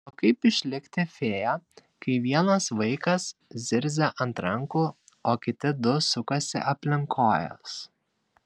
o kaip išlikti fėja kai vienas vaikas zirzia ant rankų o kiti du sukasi aplink kojas